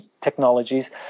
technologies